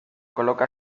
coloca